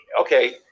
Okay